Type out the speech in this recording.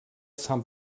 some